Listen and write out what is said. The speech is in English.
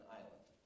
island